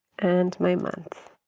and my month.